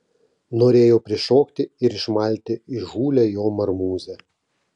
norėjau prišokti ir išmalti įžūlią jo marmūzę